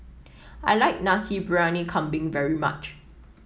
I like Nasi Briyani Kambing very much